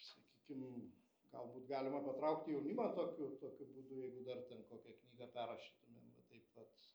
sakykim galbūt galima patraukti jaunimą tokiu tokiu būdu jeigu dar ten kokią knygą perrašytumėm taip vat